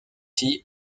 tea